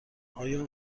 آیا